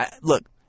Look